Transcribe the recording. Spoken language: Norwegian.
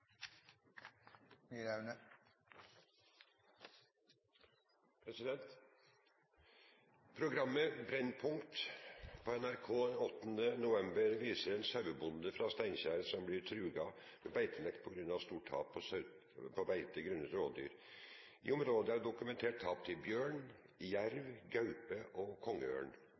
Brennpunkt på NRK 8. november viser ein sauebonde frå Steinkjer som blir trua med beitenekt på grunn av stort tap av sau på beite grunna rovdyr. I området er det dokumentert tap til bjørn, jerv, gaupe og kongeørn.